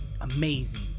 Amazing